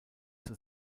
zur